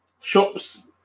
Shops